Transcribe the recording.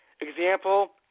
Example